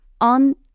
on